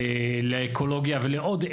לאקולוגיה ולעוד,